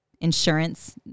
insurance